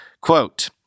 Quote